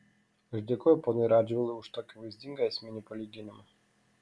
aš dėkoju ponui radžvilui už tokį vaizdingą esminį palyginimą